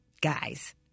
guys